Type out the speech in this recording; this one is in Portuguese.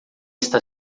está